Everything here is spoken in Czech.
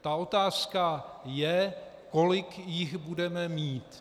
Ta otázka je, kolik jich budeme mít.